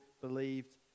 believed